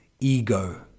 ego